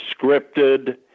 scripted